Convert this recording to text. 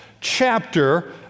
chapter